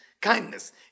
Kindness